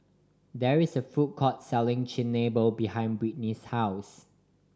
there is a food court selling Chigenabe behind Britny's house